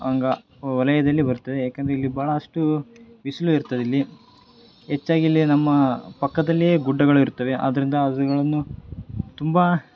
ಹಂಗ ವಲಯದಲ್ಲಿ ಬರ್ತವೆ ಯಾಕಂದ್ರೆ ಇಲ್ಲಿ ಬಹಳಷ್ಟು ಬಿಸಿಲು ಇರ್ತದಿಲ್ಲಿ ಹೆಚ್ಚಾಗ್ ಇಲ್ಲಿ ನಮ್ಮ ಪಕ್ಕದಲ್ಲಿಯೇ ಗುಡ್ಡಗಳು ಇರ್ತವೆ ಆದ್ದರಿಂದ ಗಳನ್ನು ತುಂಬಾ